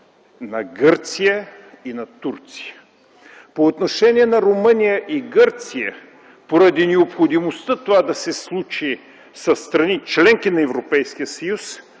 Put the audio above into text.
на Гърция и на Турция. По отношение на Румъния и Гърция, поради необходимостта това да се случи със страни – членки на Европейския съюз,